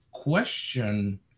Question